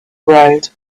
road